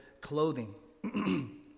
clothing